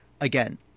Again